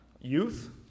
youth